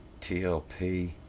tlp